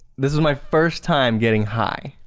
this is my first time getting high.